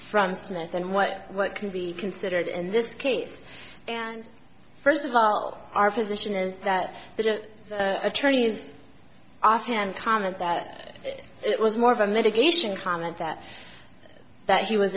from smith and what what can be considered in this case and first of all our position is that the attorney is offhand comment that it was more of a medication comment that that he was